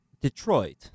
Detroit